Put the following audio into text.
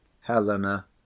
Helena